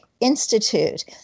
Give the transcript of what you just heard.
Institute